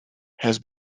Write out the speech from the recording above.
has